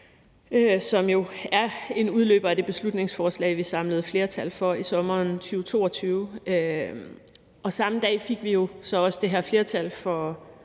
jo er en udløber af det beslutningsforslag, vi samlede flertal for i sommeren 2022. Samme dag fik vi så også det her flertal for